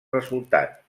resultat